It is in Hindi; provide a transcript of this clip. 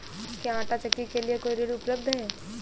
क्या आंटा चक्की के लिए कोई ऋण उपलब्ध है?